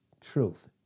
truth